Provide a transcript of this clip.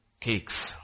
cakes